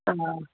हा